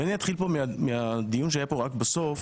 אני אתחיל מהדיון שהיה כאן בסוף.